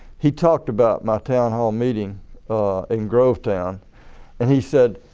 he talked about my town hall meeting in grovetown and he said